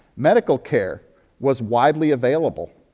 medical care was widely available.